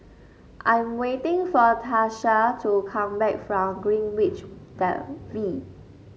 I'm waiting for Tatia to come back from Greenwich V